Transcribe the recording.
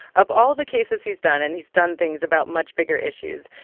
of all the cases he's done, and he's done things about much bigger issues,